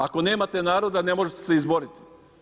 Ako nemate naroda ne možete se izboriti.